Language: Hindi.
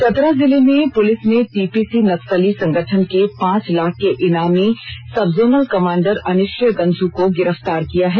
चतरा जिले में पुलिस ने टीपीसी नक्सली संगठन के पांच लाख के इनामी sub zonal commander Anishchay Ganjhu को गिरफ्तार किया है